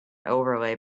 overlay